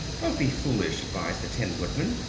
don't be foolish, advised the tin woodman,